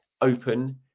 open